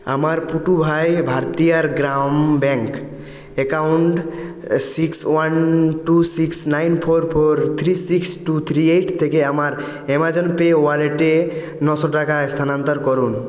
আমার পুটুভাই ভারথিয়ার গ্রাম bank account six one two six nine four four three six two three eight থেকে আমার অ্যামাজন পে ওয়ালেটে নশো টাকা স্থানান্তর করুন